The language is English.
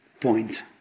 point